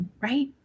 right